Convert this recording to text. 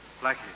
Blackie